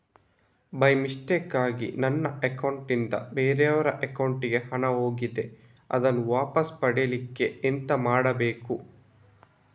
By ಮಿಸ್ಟೇಕಾಗಿ ನನ್ನ account ನಿಂದ ಬೇರೆಯವರ ಅಕೌಂಟ್ ಗೆ ಹಣ ಹೋಗಿದೆ ಅದನ್ನು ವಾಪಸ್ ಪಡಿಲಿಕ್ಕೆ ಎಂತ ಮಾಡಬೇಕು?